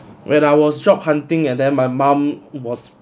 when I was job hunting and then my mum was